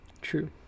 True